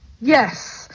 yes